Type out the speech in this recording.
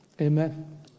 Amen